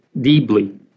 deeply